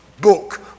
book